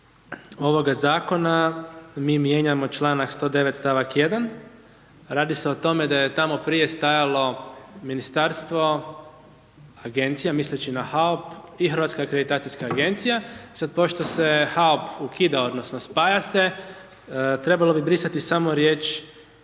ovoga zakona, mi mijenjamo čl. 109. stavak 1. Radi se o tome, da je tamo prije stajalo ministarstvo, agencija, misleći na HAUP i Hrvatska akreditacijska agencija, sada pošto se HAUP ukida, odnosno, spaja se trebalo bi brisati samo riječ